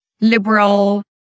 liberal